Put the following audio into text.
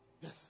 yes